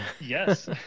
Yes